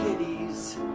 kitties